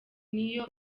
niyo